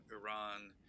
Iran